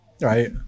Right